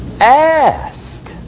Ask